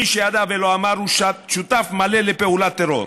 מי שידע ולא אמר הוא שותף מלא לפעולת טרור,